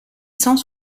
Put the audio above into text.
cent